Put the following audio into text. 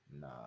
No